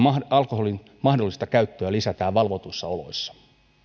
alkoholin mahdollista käyttöä lisätään valvotuissa oloissa